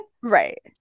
right